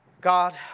God